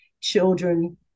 children